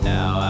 Now